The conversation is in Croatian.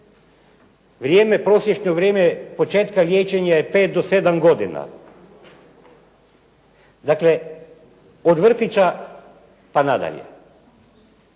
godina, 12 godina. Vrijeme početka liječenja je 5 do 7 godina. Dakle, od vrtića pa nadalje.